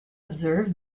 observe